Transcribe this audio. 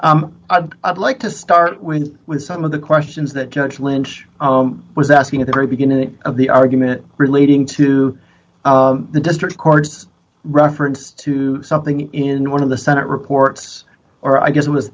and i'd like to start when with some of the questions that judge lynch was asking at the very beginning of the argument relating to the district court's reference to something in one of the senate reports or i guess it was